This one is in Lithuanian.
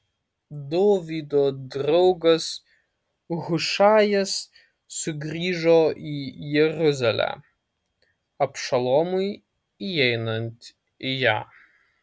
dovydo draugas hušajas sugrįžo į jeruzalę abšalomui įeinant į ją